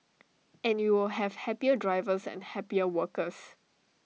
and you will have happier drivers and happier workers